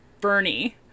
Bernie